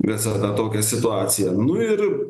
visada tokią situaciją nu ir